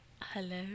Hello